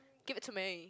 give it to me